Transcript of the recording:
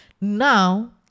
Now